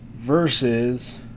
versus